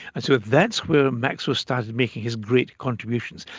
and so that's where maxwell started making his great contributions.